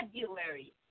February